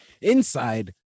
inside